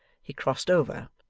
he crossed over,